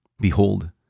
behold